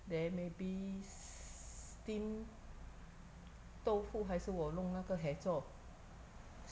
then maybe steam 豆腐还是我弄那个 hei zhou